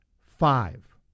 five